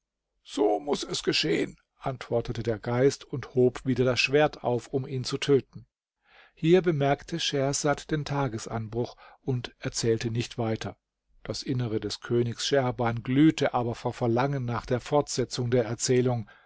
so muß es geschehen antwortete der geist und hob wieder das schwert auf um ihn zu töten hier bemerkte schehersad den tagesanbruch und erzählte nicht weiter das innere des königs scheherban glühte aber vor verlangen nach der fortsetzung der erzählung